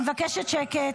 אני מבקשת שקט.